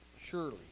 surely